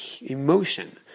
emotion